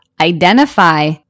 identify